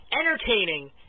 entertaining